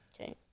Okay